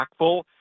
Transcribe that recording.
impactful